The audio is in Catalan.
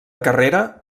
carrera